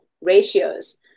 ratios